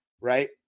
right